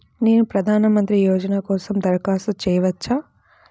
నేను ప్రధాన మంత్రి యోజన కోసం దరఖాస్తు చేయవచ్చా?